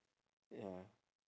wait ah